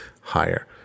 higher